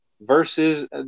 versus